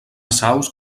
saus